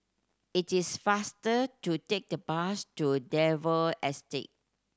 it is faster to take the bus to Dalvey Estate